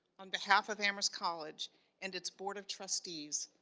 on behalf of amherst college and its board of trustees,